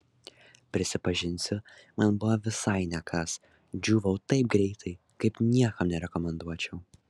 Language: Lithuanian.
prisipažinsiu man buvo visai ne kas džiūvau taip greitai kaip niekam nerekomenduočiau